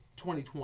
2020